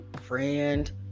friend